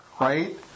right